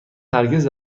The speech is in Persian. هرگز